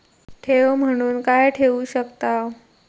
ठेव म्हणून काय ठेवू शकताव?